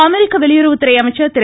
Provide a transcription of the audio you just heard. அமெரிக்க வெளியுறவுத்துறை அமைச்சர் திரு